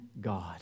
God